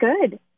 good